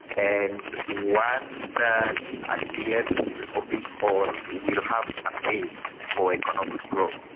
and one that at the end of it all will have a base for economic growth.